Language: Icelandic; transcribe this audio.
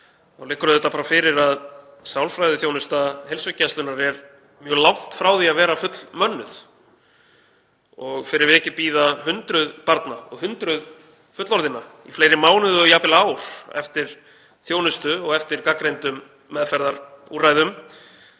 liggur auðvitað fyrir að sálfræðiþjónusta heilsugæslunnar er mjög langt frá því að vera fullmönnuð og fyrir vikið bíða hundruð barna og hundruð fullorðinna í fleiri mánuði og jafnvel ár eftir þjónustu og eftir gagnreyndum meðferðarúrræðum.